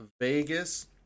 vegas